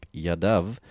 Yadav